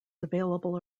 available